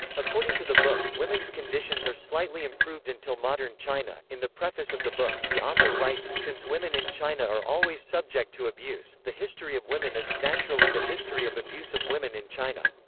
according to the book, women's conditions are slightly improved until modern china. in the preface of the book, the author writes since women in china are always subject to abuse, the history of women is, naturally the history of abuse of women in china.